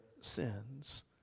sins